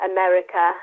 America